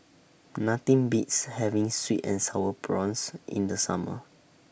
Nothing Beats having Sweet and Sour Prawns in The Summer